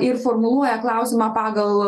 ir formuluoja klausimą pagal